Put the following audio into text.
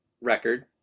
record